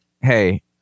Hey